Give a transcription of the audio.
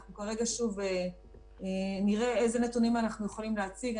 אנחנו כרגע שוב נראה איזה נתונים אנחנו יכולים להציג.